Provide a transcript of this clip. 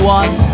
one